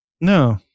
no